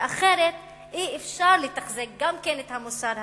ואחרת אי-אפשר לתחזק גם את המוסר הזה.